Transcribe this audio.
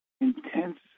intense